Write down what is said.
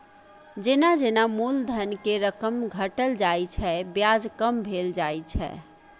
जेना जेना मूलधन के रकम घटल जाइ छै, ब्याज कम भेल जाइ छै